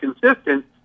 consistent